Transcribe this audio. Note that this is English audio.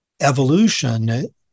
evolution